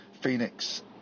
Phoenix